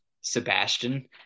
Sebastian